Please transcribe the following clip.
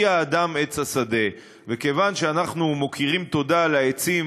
כי האדם עץ השדה" וכיוון שאנחנו מכירים טובה לעצים,